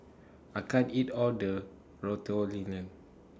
I can't eat All of The Ratatouille